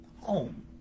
home